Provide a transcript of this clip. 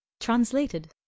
Translated